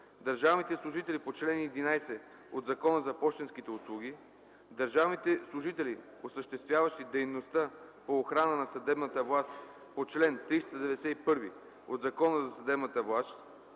държавните служители по чл. 11 от Закона за пощенските услуги, държавните служители, осъществяващи дейността по охрана на съдебната власт по чл. 391 от Закона за съдебната власт,